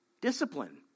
Discipline